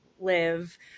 live